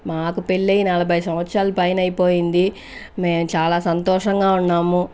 మాకు పెళ్లై నలభై సంవత్సరాలు పైనైపోయింది మేమ్ చాలా సంతోషంగా ఉన్నాము